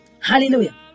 hallelujah